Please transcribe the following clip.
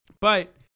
But-